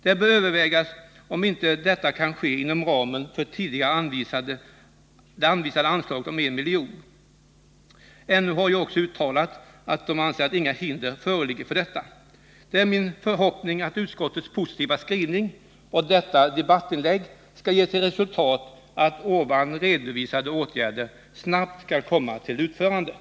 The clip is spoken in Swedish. Det bör övervägas om inte detta kan ske inom ramen för det tidigare anvisade anslaget om 1 milj.kr. Näringsutskottet har uttalat att det inte torde föreligga något hinder för detta förfaringssätt. Det är min förhoppning att utskottets positiva skrivning och detta debattinlägg skall ge till resultat att de av mig redovisade åtgärderna snabbt kommer att vidtas.